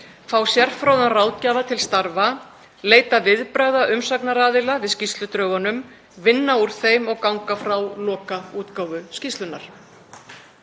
fá sérfróða ráðgjafa til starfa, leita viðbragða umsagnaraðila við skýrsludrögum, vinna úr þeim og ganga frá lokaútgáfu skýrslunnar.